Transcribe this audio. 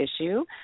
issue